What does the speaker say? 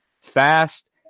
fast